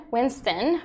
Winston